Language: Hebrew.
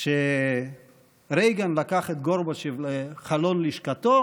שרייגן לקח את גורבצ'וב לחלון לשכתו